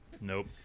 Nope